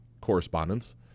correspondence